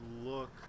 look